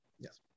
Yes